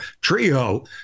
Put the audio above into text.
trio